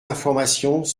informations